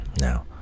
Now